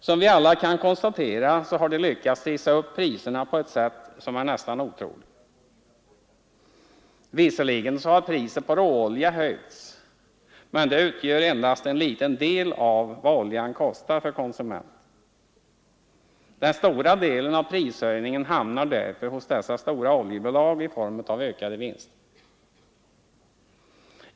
Som vi alla kan konstatera så har de lyckats att trissa upp priserna på ett sätt som är nästan otroligt. Visserligen har priset på råolja höjts men detta utgör endast en liten del av vad oljan kostar för konsumenten. Den stora delen av prishöjningen hamnar därför hos dessa stora oljebolag i form av ökade vinster.